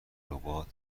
ربات